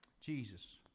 Jesus